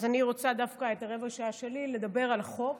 אז אני רוצה דווקא ברבע שעה שלי לדבר על החוק